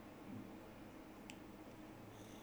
!huh! serious so cham ah